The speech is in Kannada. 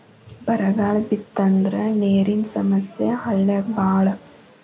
ಬರಗಾಲ ಬಿತ್ತಂದ್ರ ನೇರಿನ ಸಮಸ್ಯೆ ಹಳ್ಳ್ಯಾಗ ಬಾಳ